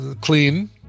clean